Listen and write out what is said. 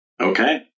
Okay